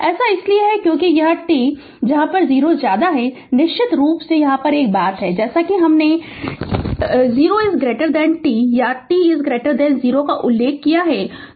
ऐसा इसलिए है क्योंकि यह t 0 के लिए है निश्चित रूप से एक बात है जैसा कि हमने t 0 या t 0 का उल्लेख किया है